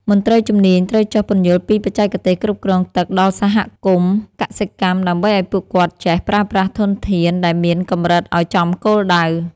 មន្ត្រីជំនាញត្រូវចុះពន្យល់ពីបច្ចេកទេសគ្រប់គ្រងទឹកដល់សហគមន៍កសិកម្មដើម្បីឱ្យពួកគាត់ចេះប្រើប្រាស់ធនធានដែលមានកម្រិតឱ្យចំគោលដៅ។